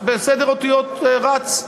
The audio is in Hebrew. בסדר אותיות רץ?